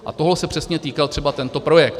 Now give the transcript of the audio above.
A toho se přesně týkal třeba tento projekt.